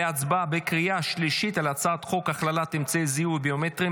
להצבעה בקריאה שלישית על הצעת חוק הכללת אמצעי זיהוי ביומטריים